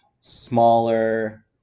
smaller